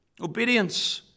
Obedience